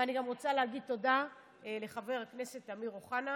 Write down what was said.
ואני גם רוצה להגיד תודה לחבר הכנסת אמיר אוחנה,